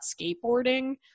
skateboarding